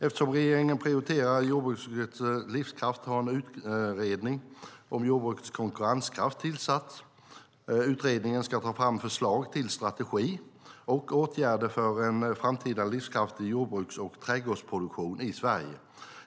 Eftersom regeringen prioriterar jordbrukets livskraft har en utredning om jordbrukets konkurrenskraft tillsatts. Utredningen ska ta fram förslag till strategi och åtgärder för en framtida livskraftig jordbruks och trädgårdsproduktion i Sverige.